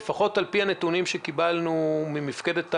ולפחות על פי הנתונים שקיבלנו ממפקדת אלון,